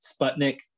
Sputnik